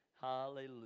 Hallelujah